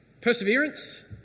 Perseverance